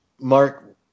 Mark